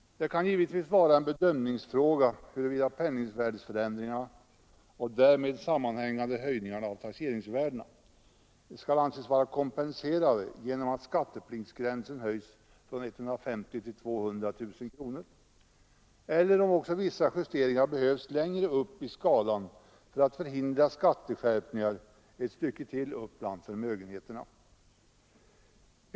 Det kan givetvis vara en bedömningsfråga huruvida penningvärdesförändringarna och den därmed sammanhängande höjningen av taxeringsvärdena skall anses vara kompenserade genom att skattepliktsgränsen höjs från 150 000 till 200 000 kronor eller om också vissa justeringar behövs längre upp i skalan för att förhindra skatteskärpningar ytterligare ett stycke upp bland förmögenheterna.